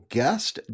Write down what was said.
guest